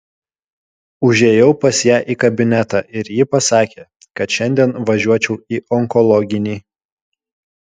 užėjau pas ją į kabinetą ir ji pasakė kad šiandien važiuočiau į onkologinį